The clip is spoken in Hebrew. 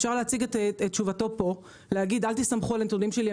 אפשר להציג את תשובתו פה ולהגיד אל תסתמכו על הנתונים שלי,